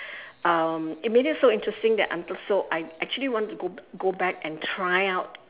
um it made it so interesting that until so I actually want to go go back and try out